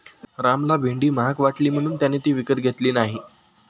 रामला भेंडी महाग वाटली म्हणून त्याने ती विकत घेतली नाही